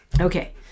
Okay